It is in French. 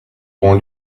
auront